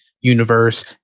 Universe